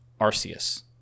Arceus